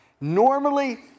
normally